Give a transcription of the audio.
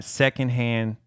secondhand